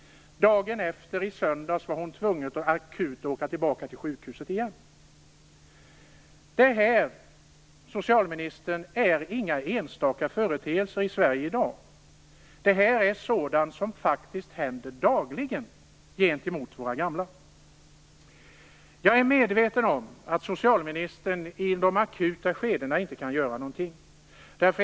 Dagen efter - i söndags - var hon tvungen att åka tillbaka till sjukhuset igen för akut vård. Detta, socialministern, är inga enstaka företeelser i Sverige i dag. Sådant här händer faktiskt dagligen när det gäller våra gamla. Jag är medveten om att socialministern i de akuta skedena inte kan göra någonting.